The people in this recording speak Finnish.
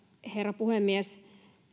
herra puhemies